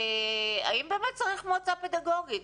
האם באמת צריך מועצה פדגוגית?